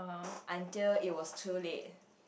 until it was too late